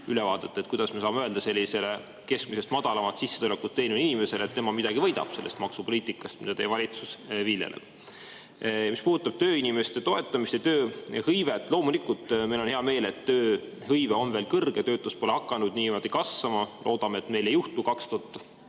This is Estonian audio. ülevaadet, kuidas me saame öelda keskmisest madalamat sissetulekut teenivale inimesele, et tema midagi võidab sellest maksupoliitikast, mida teie valitsus viljeleb. Mis puudutab tööinimeste toetamist ja tööhõivet, siis loomulikult, meil on hea meel, et tööhõive on veel kõrge, töötus pole hakanud niimoodi kasvama. Loodame, et meil ei [kordu]